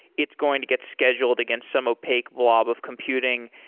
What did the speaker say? it's going to get scheduled against some opaque blob of computing,